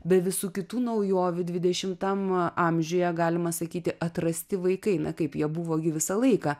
be visų kitų naujovių dvidešimtam amžiuje galima sakyti atrasti vaikai na kaip jie buvo gi visą laiką